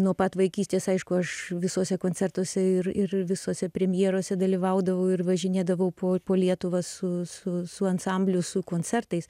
nuo pat vaikystės aišku aš visuose koncertuose ir ir visose premjerose dalyvaudavau ir važinėdavau po po lietuvą su su ansambliu su koncertais